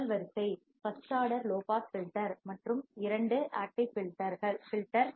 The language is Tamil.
முதல் வரிசை first order low pass filter மற்றும் இரண்டு ஆக்டிவ் ஃபில்டர் ஆர்